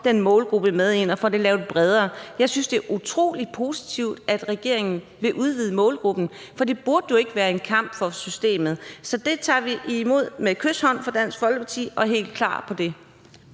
den målgruppe med ind og får det lavet bredere. Jeg synes, det er utrolig positivt, at regeringen vil udvide målgruppen, for det burde jo ikke være en kamp mod systemet. Så det tager vi imod med kyshånd fra Dansk Folkepartis side og er helt klart med på det.